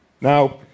Now